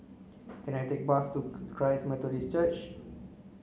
can I take a bus to Christ Methodist Church